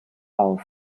auf